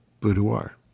boudoir